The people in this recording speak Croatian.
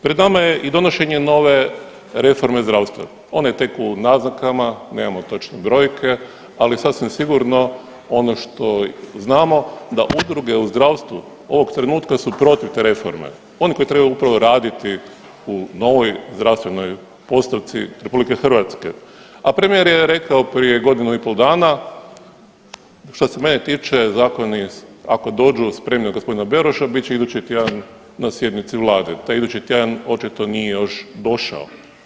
Pred nama je i donošenje nove reforme zdravstva, ona je tek u naznakama, nemamo točne brojke, ali sasvim sigurno ono što znamo da udruge u zdravstvu ovog trenutka su protiv te reforme, oni koji trebaju upravo raditi u novoj zdravstvenoj postavci RH, a premijer je rekao prije godinu i pol dana što se mene tiče zakoni ako dođu spremni od g. Beroša bit će idući tjedan na sjednici vlade, taj idući tjedan očito nije još došao.